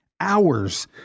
hours